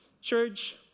church